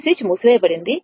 ఈ స్విచ్ మూసివేయబడింది